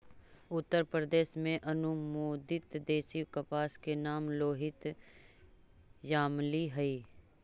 उत्तरप्रदेश में अनुमोदित देशी कपास के नाम लोहित यामली हई